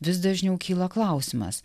vis dažniau kyla klausimas